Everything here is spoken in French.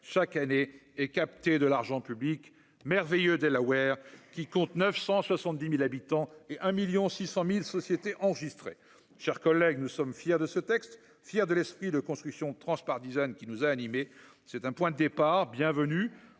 chaque année et capté de l'argent public merveilleux Weir, qui compte 970000 habitants et un 1000000 600 1000 sociétés enregistrées, chers collègues, nous sommes fiers de ce texte, fier de l'esprit de construction transpartisane qui nous a animés, c'est un point de départ bienvenue